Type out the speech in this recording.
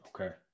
Okay